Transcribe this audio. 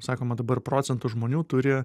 sakoma dabar procentų žmonių turi